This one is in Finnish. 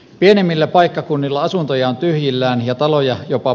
pienemmillä paikkakunnilla asuntoja tyhjillään ja taloja jopa